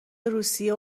روسیه